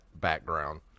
background